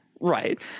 Right